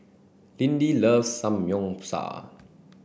Lindy loves Samgyeopsal